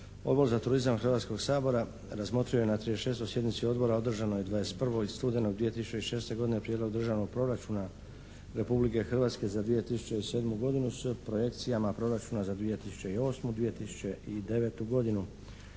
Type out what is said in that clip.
Odbor za turizam Hrvatskoga sabora razmotrio je na 36. sjednici odbora održanoj 21. studenog 2006. godine Prijedlog državnog proračuna Republike Hrvatske za 2007. godinu s projekcijama proračuna 2008.-2009. godinu